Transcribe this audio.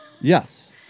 Yes